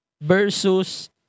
versus